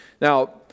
Now